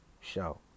Show